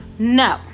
no